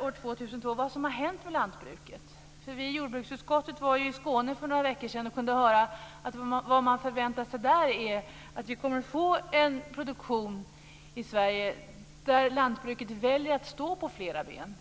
år 2002 se över vad som har hänt med lantbruket. Vi i jordbruksutskottet var i Skåne för några veckor sedan och kunde höra att de förväntar sig en produktion i Sverige där lantbruket väljer att stå på flera ben.